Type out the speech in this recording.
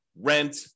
rent